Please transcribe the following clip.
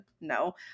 No